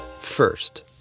first